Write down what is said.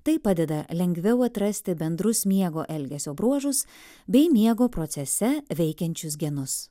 tai padeda lengviau atrasti bendrus miego elgesio bruožus bei miego procese veikiančius genus